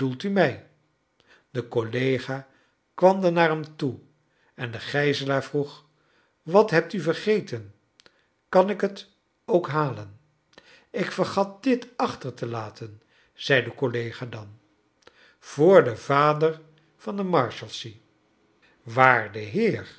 u m rj de collega kwam dan naar hem toe en de gijzelaar vroeg wat hebt u vergeten kan ik het ook halen ik vergat dit achter te laten zei de collega dan voor den vader van de marshalsea waarde heer